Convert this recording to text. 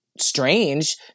strange